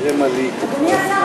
אדוני השר,